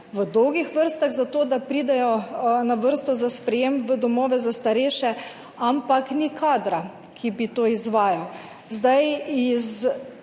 v dolgih vrstah za to, da pridejo na vrsto za sprejem v domove za starejše, ampak ni kadra, ki bi to izvajal. Iz